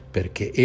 Perché